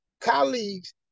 colleagues